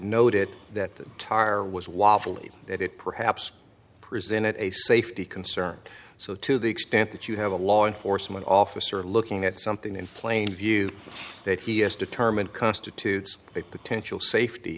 noted that tar was wofully that it perhaps presented a safety concern so to the extent that you have a law enforcement officer looking at something in plain view that he is determined constitutes a potential safety